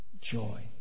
joy